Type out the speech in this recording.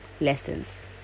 lessons